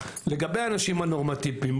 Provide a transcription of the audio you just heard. לגבי האנשים הנורמטיביים,